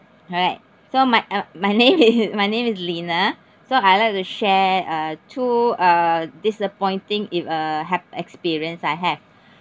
alright so my uh my name is my name is lina so I'd like to share uh two uh disappointing ev~ uh hap~ experience I have